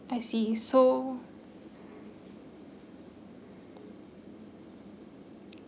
I see so